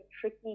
tricky